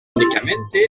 únicamente